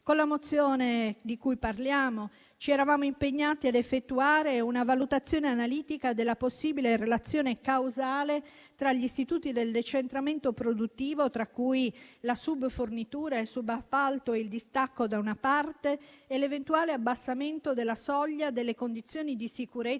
Con la mozione di cui parliamo ci eravamo impegnati a effettuare una valutazione analitica della possibile relazione causale tra gli istituti del decentramento produttivo, tra cui la subfornitura, il subappalto e il distacco da una parte, e l'eventuale abbassamento della soglia delle condizioni di sicurezza